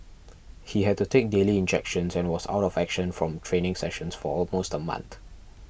he had to take daily injections and was out of action from training sessions for almost a month